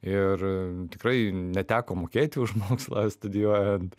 ir tikrai neteko mokėti už mokslą studijuojant